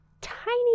tiny